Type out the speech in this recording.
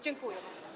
Dziękuję.